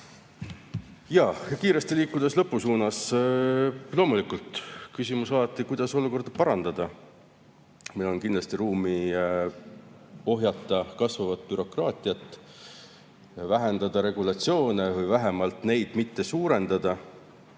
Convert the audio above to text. kiiresti lõpu suunas. Loomulikult, küsimus on alati, kuidas olukorda parandada. Meil on kindlasti ruumi ohjata kasvavat bürokraatiat, vähendada regulatsioone või vähemalt neid mitte suurendada.